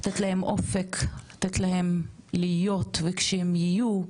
לתת להם אופק, לתת להם להיות וכשהם יהיו,